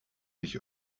mich